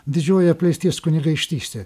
didžioji apleisties kunigaikštystė